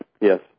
Yes